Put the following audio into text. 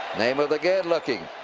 namath again looking.